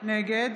נגד